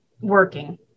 working